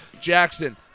Jackson